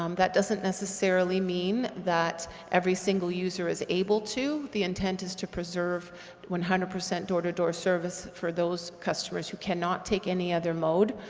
um that doesn't necessarily mean that every single user is able to, the intent is to preserve one hundred percent door-to-door service for those customers who cannot take any other mode,